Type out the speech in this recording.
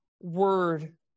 word